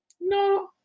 No